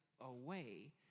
away